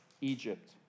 Egypt